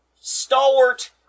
stalwart